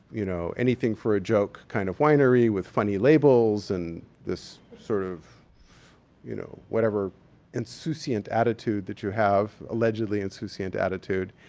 you know anything for a joke kind of winery with funny labels and this sort of you know whatever insouciant attitude that you have, allegedly insouciant attitude.